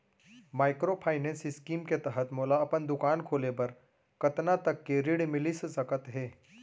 Microfinance scheme के तहत मोला अपन दुकान खोले बर कतना तक के ऋण मिलिस सकत हे?